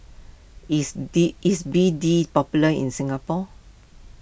is D is B D popular in Singapore